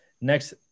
Next